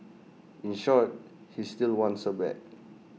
in short he still wants her back